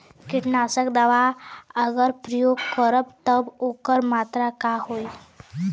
कीटनाशक दवा अगर प्रयोग करब त ओकर मात्रा का होई?